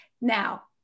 Now